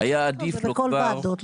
היה עדיף לו כבר --- זה בכל הוועדות,